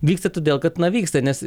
vyksta todėl kad na vyksta nes